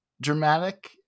dramatic